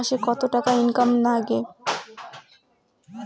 মাসে কত টাকা ইনকাম নাগে?